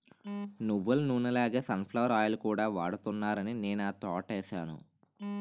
నువ్వులనూనె లాగే sunflower oil కూడా వాడుతున్నారాని నేనా తోటేసాను